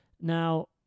Now